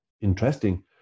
interesting